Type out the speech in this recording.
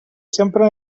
sempre